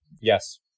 Yes